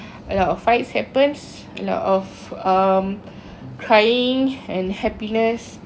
a lot of fights happens a lot of um crying and happiness